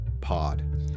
pod